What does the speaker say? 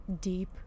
deep